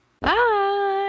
bye